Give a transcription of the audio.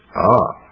ah,